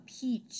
peach